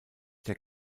der